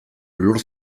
lur